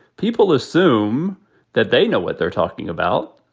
people assume that they know what they're talking about.